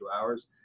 hours